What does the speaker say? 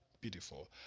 Beautiful